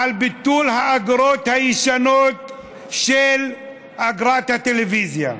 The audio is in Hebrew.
לביטול האגרות הישנות של אגרת הטלוויזיה,